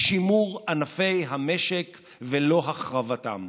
שימור ענפי המשק ולא החרבתם,